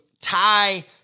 tie